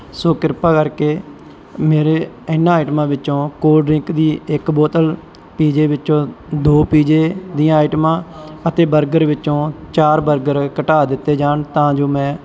ਸੋ ਕਿਰਪਾ ਕਰਕੇ ਮੇਰੇ ਇਹਨਾਂ ਆਈਟਮਾਂ ਵਿੱਚੋਂ ਕੋਲਡ ਡਰਿੰਕ ਦੀ ਇੱਕ ਬੋਤਲ ਪੀਜੇ ਵਿੱਚੋਂ ਦੋ ਪੀਜੇ ਦੀਆਂ ਆਈਟਮਾਂ ਅਤੇ ਬਰਗਰ ਵਿੱਚੋਂ ਚਾਰ ਬਰਗਰ ਘਟਾ ਦਿੱਤੇ ਜਾਣ ਤਾਂ ਜੋ ਮੈਂ